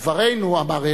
"דברינו", אמר הרצל,